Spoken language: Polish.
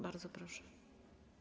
Bardzo proszę.